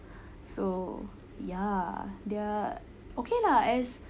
so ya there are okay lah as